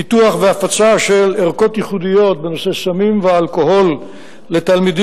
פיתוח והפצה של ערכות ייחודיות בנושא סמים ואלכוהול לתלמידים,